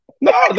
no